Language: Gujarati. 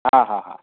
હા હા હા